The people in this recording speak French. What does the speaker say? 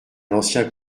l’ancien